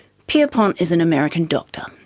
pierpont is an american doctor.